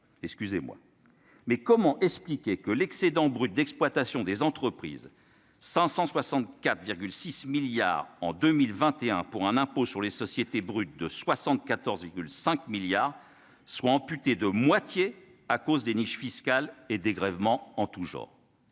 mais comment expliquer que l'excédent brut d'exploitation des entreprises 564 6 milliards en 2021 pour un impôt sur les sociétés, brut de 74 5 milliards soit amputée de moitié à cause des niches fiscales et dégrèvements en tous genres